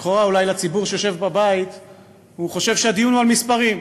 ולכאורה אולי הציבור שיושב בבית חושב שהדיון הוא על מספרים,